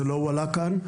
זה לא הועלה כאן.